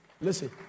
Listen